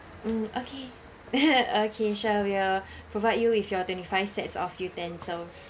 mm okay okay sure we will provide you with your twenty five sets of utensil